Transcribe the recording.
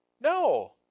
No